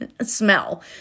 smell